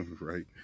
right